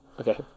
okay